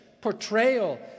portrayal